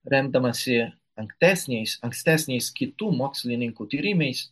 remdamasi ankstesniais ankstesniais kitų mokslininkų tyrimais